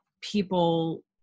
people